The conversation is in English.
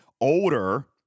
older